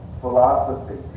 philosophy